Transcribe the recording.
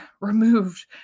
removed